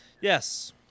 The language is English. Yes